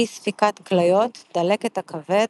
אי ספיקת כליות, דלקת כבד,